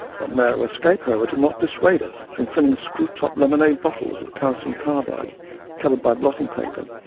that narrow escape, however, did not dissuade us from filling screw-top lemonade bottles with calcium carbide covered by blotting paper,